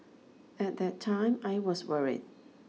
at that time I was worried